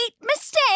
mistake